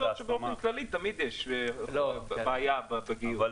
יש מקצועות שבאופן כללי תמיד יש בעיה בגיוס.